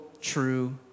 true